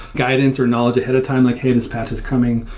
guidance or knowledge ahead of time, like, hey, this patch is coming.